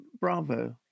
Bravo